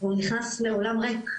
הוא נכנס לעולם ריק,